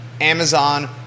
Amazon